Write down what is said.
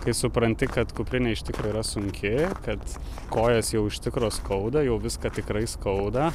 kai supranti kad kuprinė iš tikro yra sunki kad kojas jau iš tikro skauda jau viską tikrai skauda